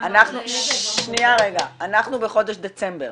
אנחנו בחודש דצמבר.